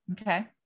Okay